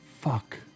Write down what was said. fuck